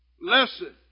Listen